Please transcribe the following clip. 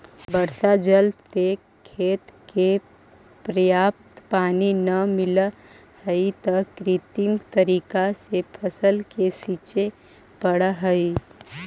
वर्षा जल से खेत के पर्याप्त पानी न मिलऽ हइ, त कृत्रिम तरीका से फसल के सींचे पड़ऽ हइ